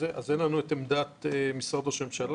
לנו את עמדת משרד ראש הממשלה